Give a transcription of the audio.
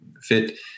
fit